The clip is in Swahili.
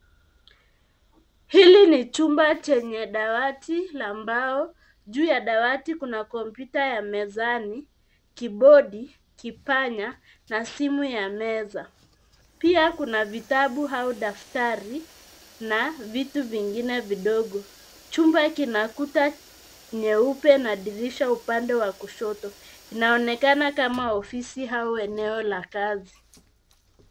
Hili ni chumba chenye dawati la mbao. Juu ya dawati kuna kompyuta ya mezani, kibodi, kipanya, na simu ya meza. Pia kuna vitabu au daftari, na vitu vingine vidogo. Chumba kina kuta nyeupe na dirisha upande wa kushoto. Inaonekana kama ofisi au eneo la kazi.